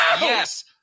Yes